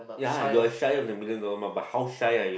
ya you're shy on the million dollar but how shy are you